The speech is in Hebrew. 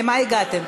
למה הגעתם?